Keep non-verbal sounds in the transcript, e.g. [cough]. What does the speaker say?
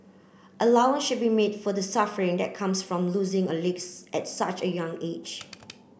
[unintelligible] should be made for the suffering that comes from losing a legs at such a young age